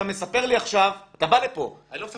אתה מספר לי עכשיו -- אני לא מספר לך שום דבר.